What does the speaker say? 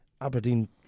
Aberdeen